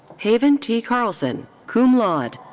haven t. carlson, cum laude.